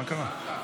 מה קרה?